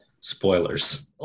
Spoilers